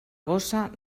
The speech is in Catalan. gossa